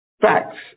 facts